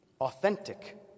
authentic